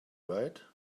right